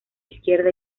izquierda